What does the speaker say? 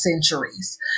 centuries